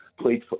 played